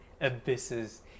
abysses